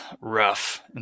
rough